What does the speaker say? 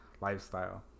lifestyle